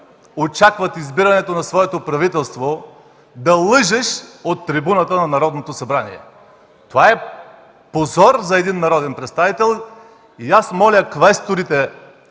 очакват избирането на своето правителство, да лъжеш от трибуната на Народното събрание. Това е позор за един народен представител! Аз моля квесторите